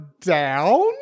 down